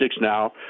now